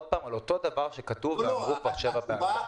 על מה שכבר כתוב ואמרו כבר שבע פעמים.